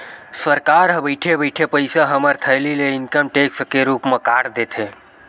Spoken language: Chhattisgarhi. सरकार ह बइठे बइठे पइसा हमर थैली ले इनकम टेक्स के रुप म काट देथे